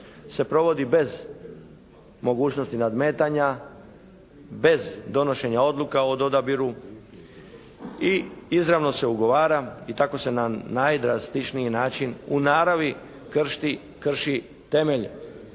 se provodi bez mogućnosti nadmetanja, bez donošenja odluka o odabiru i izravno se ugovara i tako se na najdrastičniji način u naravi krši temelj